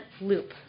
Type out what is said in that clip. loop